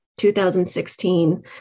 2016